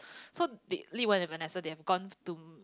so did Lee-Wen and Venessa they have gone to